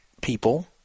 people